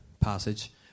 passage